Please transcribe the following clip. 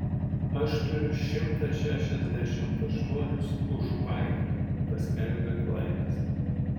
aš turiu šimtą šešiasdešimt aštuonis už paiką paskelbė klaidas